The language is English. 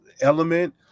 element